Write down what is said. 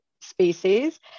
species